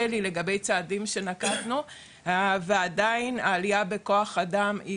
לי לגבי צעדים שנקטנו ועדיין העלייה בכוח אדם היא